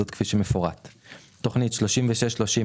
זאת כפי שמפורט להלן: תכנית 36-3002,